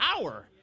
power